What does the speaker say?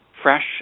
fresh